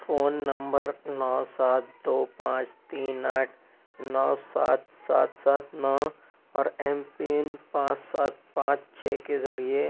phone number نو سات دو پانچ تین آٹھ نو سات سات سات نو اور ایم پن پانچ سات پانچ چھ کے ذریعے